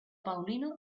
paulino